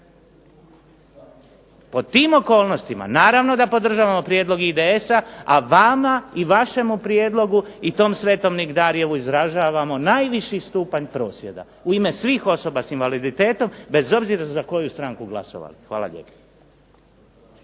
Pod tim okolnostima naravno da podržavamo prijedlog IDS-a, a vama i vašemu prijedlogu i tom svetom nigdarjevu izražavamo najviši stupanj prosvjeda. U ime svih osoba s invaliditetom, bez obzira za koju stranku glasovali. Hvala lijepa.